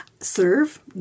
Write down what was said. Serve